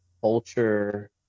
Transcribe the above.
culture